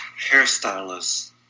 hairstylist